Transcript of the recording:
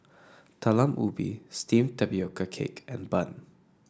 Talam Ubi steamed Tapioca Cake and Bun